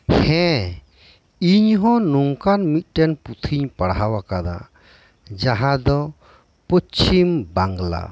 ᱦᱮᱸ ᱤᱧ ᱦᱚᱸ ᱱᱚᱝᱠᱟᱱ ᱢᱤᱫᱴᱮᱱ ᱯᱩᱛᱷᱤᱧ ᱯᱟᱲᱦᱟᱣ ᱟᱠᱟᱫᱟ ᱡᱟᱦᱟᱸ ᱫᱚ ᱯᱚᱪᱪᱷᱤᱢ ᱵᱟᱝᱞᱟ